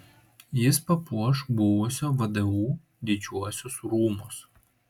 jis papuoš buvusio vdu didžiuosius rūmus